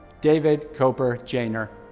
david koper janer.